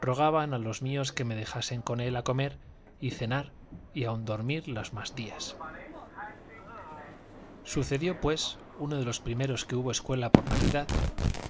rogaban a los míos que me dejasen con él a comer y cenar y aun a dormir los más días sucedió pues uno de los primeros que hubo escuela por navidad